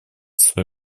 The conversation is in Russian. свой